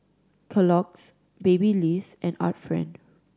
Kellogg's Babyliss and Art Friend